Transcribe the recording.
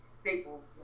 staples